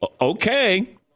okay